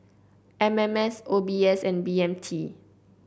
M M S O B S and B M T